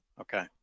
okay